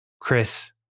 Chris